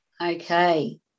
okay